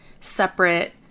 separate